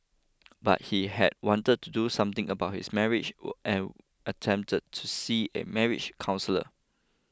but he had wanted to do something about his marriage and attempted to see a marriage counsellor